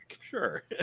Sure